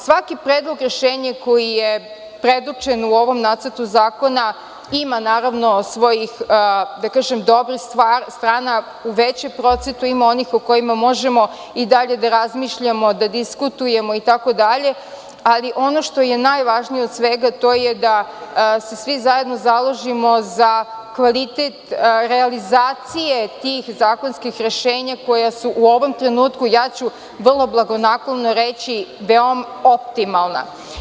Svaki predlog rešenja koji je predočen u ovom nacrtu zakona ima naravno svojih, da kažem, dobrih strana u većem procentu, ima onih o kojima možemo i dalje da razmišljamo, da diskutujemo itd, ali ono što je najvažnije od svega to je da se svi zajedno založimo za kvalitet realizacije tih zakonskih rešenja koja su ovom trenutku, ja ću vrlo blagonaklono reći, veoma optimalna.